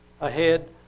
ahead